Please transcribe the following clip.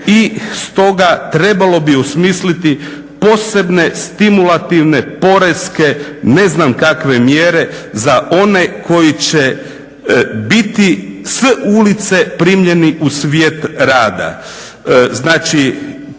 i stoga trebalo bi osmisliti posebne stimulativne porezne ne znam kakve mjere za one koji će biti s ulice primljeni u svijet rada.